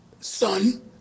son